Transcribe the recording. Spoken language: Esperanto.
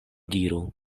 diru